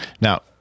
now